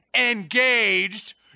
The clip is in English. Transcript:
engaged